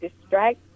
distract